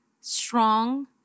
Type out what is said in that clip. strong